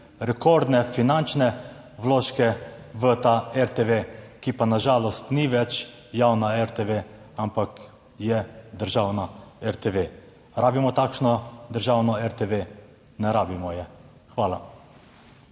rekordne finančne vložke v ta RTV, ki pa na žalost ni več javna RTV, ampak je državna RTV. Rabimo takšno državno RTV? Ne rabimo je. Hvala.